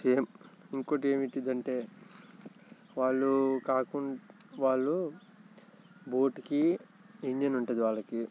same ఇంకోకటి ఏమిటిది అంటే వాళ్ళు కాకుండా వాళ్ళు బోట్కి ఇంజన్ ఉంటుంది వాళ్ళకి